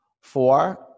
Four